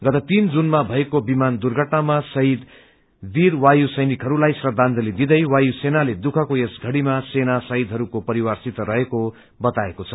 गत तीन जूनमा मएको विमान दुर्घटनामा शहीद बीर वायु सैनिकहरूकलाई श्रद्वांजलि दिँदै वायु सेनाले दुःखको यस घड़ीमा शहिदहरूको परिवारसित रहेको बताएको छ